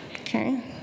Okay